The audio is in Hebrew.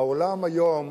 בעולם היום